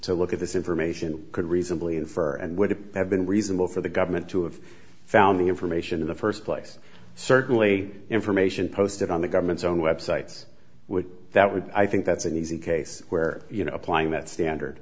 to look at this information could reasonably infer and would it have been reasonable for the government to have found the information in the first place certainly information posted on the government's own websites would that would i think that's an easy case where you know applying that standard